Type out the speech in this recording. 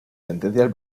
sentencias